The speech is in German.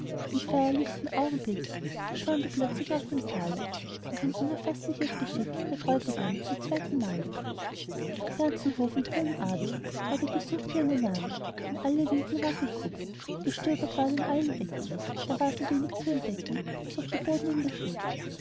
im feierlichsten augenblick verschwand urplötzlich aus dem saale durch ein unfaßliches geschick der bräutigam zum zweiten male vom ganzen hof und hohen adel ward er gesucht wie eine nadel in alle winkel ward geguckt gestöbert ward in allen ecken er war so wenig zu entdecken als ob der boden ihn geschluckt